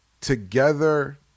together